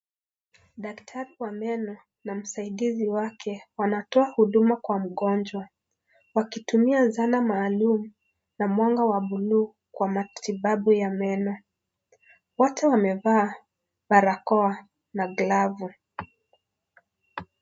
Daktari wa meno na msaidizi wake, wanatoa huduma kwa mgonjwa, wakitumia zana maalumu na mwanga wa bluu kwa matibabu ya meno. Wote wamevaa barakoa na glavu.